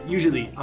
Usually